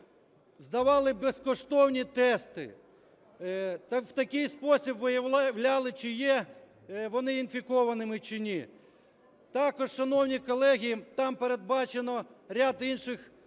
здавали б безкоштовні тести та в такий спосіб виявляли, чи є вони інфікованими, чи ні. Також, шановні колеги, там передбачено ряд інших